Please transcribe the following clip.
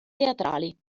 teatrali